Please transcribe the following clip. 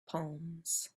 palms